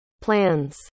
plans